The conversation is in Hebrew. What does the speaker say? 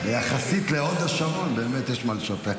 אני --- יחסית להוד השרון, באמת מה יש לשפר.